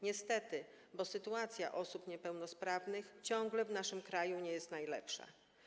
Niestety, bo sytuacja osób niepełnosprawnych ciągle w naszym kraju nie jest najlepsza.